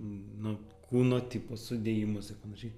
na kūno tipą sudėjimas ir panašiai